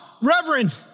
reverend